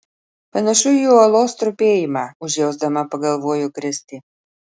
panašu į uolos trupėjimą užjausdama pagalvojo kristė